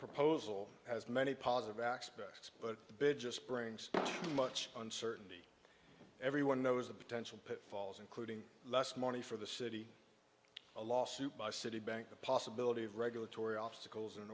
proposal has many positive aspects but the biggest brings much uncertainty everyone knows the potential pitfalls including less money for the city a lawsuit by citibank the possibility of regulatory obstacles an